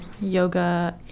yoga